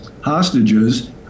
hostages